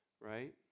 right